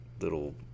little